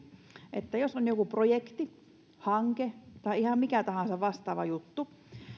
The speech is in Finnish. että jos on joku projekti hanke tai ihan mikä tahansa vastaava juttu